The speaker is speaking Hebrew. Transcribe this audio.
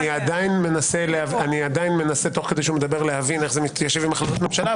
אני עדיין מנסה תוך כדי שהוא מדבר להבין איך זה מתיישב עם החלטות ממשלה,